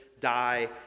die